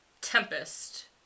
Tempest